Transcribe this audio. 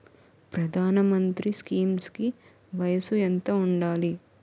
ప్రధాన మంత్రి స్కీమ్స్ కి వయసు ఎంత ఉండాలి?